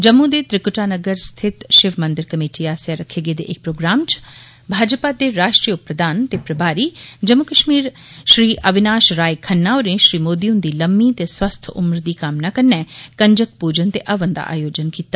जम्मू दे त्रिकुटा नगर स्थित शिव मंदर कमेटी आस्सेआ रक्खे गेदे इक प्रोग्राम च भाजपा दे राश्ट्रीय उप प्रधान ते प्रभारी जम्मू कश्मीर श्री अविनाश राय खन्ना होरें श्री मोदी हुंदी लम्मी ते स्वस्थ उम्र दी कामना कन्नै कंजक पूजन ते हवन दा आयोजन कीता